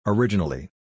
Originally